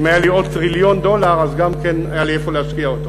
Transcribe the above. אם היה לי עוד טריליון דולר אז גם כן היה לי איפה להשקיע אותם